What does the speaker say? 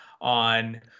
on